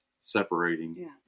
separating